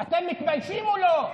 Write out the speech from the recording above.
אתם מתביישים או לא?